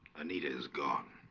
anita is gone